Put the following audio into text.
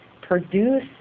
produce